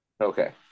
Okay